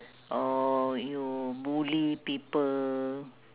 or you bully people